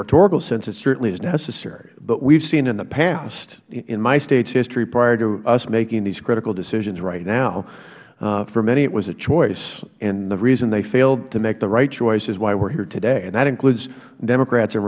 rhetorical sense it certainly is necessary but we have seen in the past in my states history prior to us making these critical decisions right now for many it was a choice and the reason they failed to make the right choice is why we are here today and that includes democrats